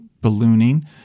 ballooning